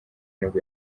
nibwo